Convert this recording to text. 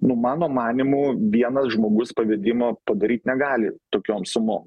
nu mano manymu vienas žmogus pavedimo padaryti negali tokiom sumom